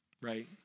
right